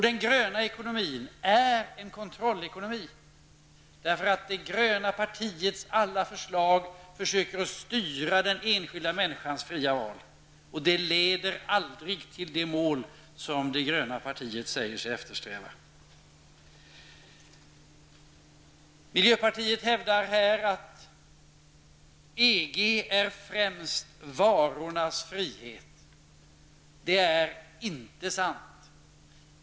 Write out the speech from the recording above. Den gröna ekonomin är en kontrollekonomi -- det gröna partiets alla förslag går ut på att försöka styra den enskilda människans fria val. Det leder aldrig till det mål som det gröna partiet säger sig eftersträva. Miljöpartiet hävdar här att EG främst innebär varornas frihet. Det är inte sant.